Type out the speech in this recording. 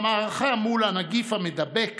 במערכה מול הנגיף המידבק